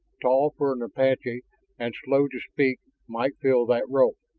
tall for an apache and slow to speak, might fill that role.